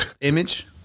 image